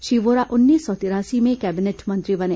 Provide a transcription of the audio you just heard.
श्री वोरा उन्नीस सौ तिरासी में कैबिनेट मंत्री बने